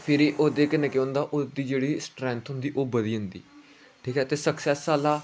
फिरी ओह्दे कन्नै केह् होंदा ओह्दी जेह्ड़ी स्ठ्रेंथ होंदी ओह् बधी जंदी ठीक ऐ ते सक्सेस आहला